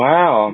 Wow